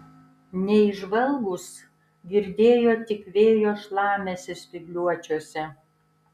neįžvalgūs girdėjo tik vėjo šlamesį spygliuočiuose